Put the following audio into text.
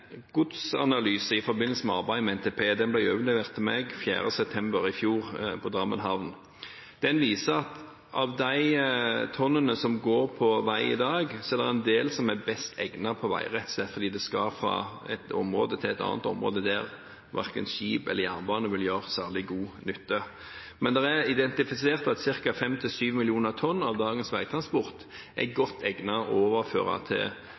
godsanalyse i forbindelse med arbeidet med NTP. Den ble overlevert meg 4. september i fjor på Drammen havn. Den viser at av de tonnene som går på vei i dag, er det en del som er best egnet på vei, rett og slett fordi det skal fra et område til et annet der verken skip eller jernbane vil gjøre særlig god nytte. Men det er identifisert at ca. 5–7 mill. tonn av dagens veitransport er godt egnet til å overføre til